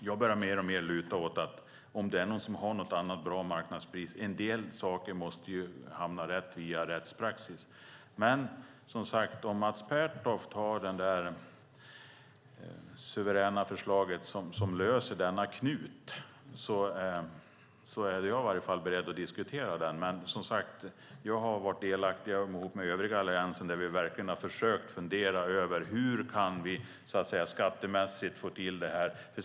Jag börjar alltmer luta åt det här med om det är någon som har något bra marknadspris. En del saker måste ju hamna rätt via rättspraxis. Om Mats Pertoft har det suveräna förslag som löser denna knut är i alla fall jag beredd att diskutera det. Men jag har som sagt varit delaktig i det hela ihop med den övriga Alliansen, och vi har verkligen försökt fundera över hur vi skattemässigt kan få till det här.